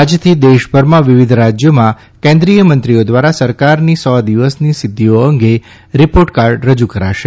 આજથી દેશભરમાં વિવિધ રાજયોમાં કેન્દ્રિયમંત્રીઓ દ્વારા સરકારની સો દિવસની સિદ્ધિઓ અંગે રીપોર્ટ કાર્ડ રજૂ કરાશે